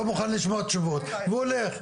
לא מוכן לשמוע תשובות והולך.